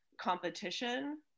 competition